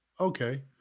Okay